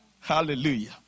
Hallelujah